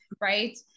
right